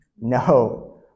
No